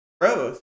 growth